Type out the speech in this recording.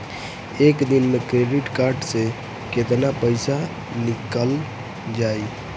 एक दिन मे क्रेडिट कार्ड से कितना पैसा निकल जाई?